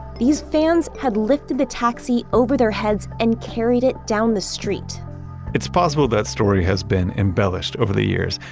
these fans had lifted the taxi over their heads and carried it down the street it's possible that story has been embellished over the years,